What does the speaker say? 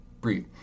breathe